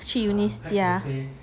去 eunice 家